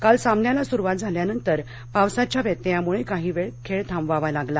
काल सामन्याला सुरुवात झाल्यानंतर पावसाच्या व्यत्ययामुळे काही वेळ खेळ थांबवावा लागला